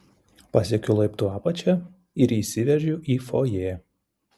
pasiekiu laiptų apačią ir įsiveržiu į fojė